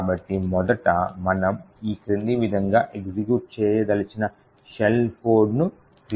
కాబట్టి మొదట మనం ఈ క్రింది విధంగా ఎగ్జిక్యూట్ చేయదలిచిన షెల్ కోడ్ను క్రియేట్ చేస్తాము